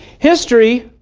history,